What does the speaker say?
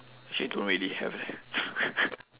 actually don't really have leh